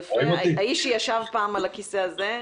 האיש שפעם ישב על הכיסא הזה.